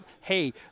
hey